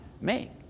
make